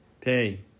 Pay